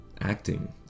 acting